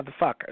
motherfuckers